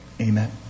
Amen